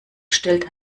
stellt